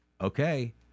okay